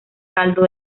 caldo